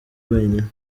wenyine